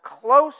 close